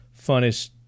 funnest